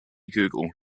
google